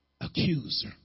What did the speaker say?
accuser